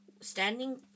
Standing